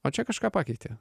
o čia kažką pakeitė